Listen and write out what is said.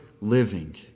living